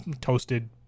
toasted